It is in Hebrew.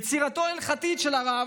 יצירתו ההלכתית של הרב,